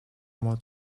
муу